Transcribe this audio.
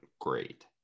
great